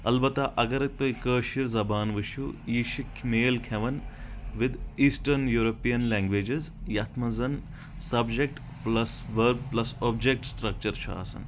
البتہ اگر تُہۍ کٲشِر وٕچھو یہِ چھِ میل کھٮ۪وان وِد ایٖسٹٲرٕن یوٗرپیَن لینٛگویجِز یتھ منٛز زن subject plus verb plus object structure چھُ آسان